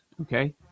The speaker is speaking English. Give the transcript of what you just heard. Okay